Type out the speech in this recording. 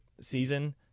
season